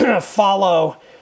Follow